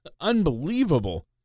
unbelievable